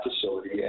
facility